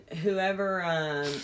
whoever